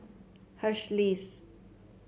Hersheys